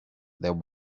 there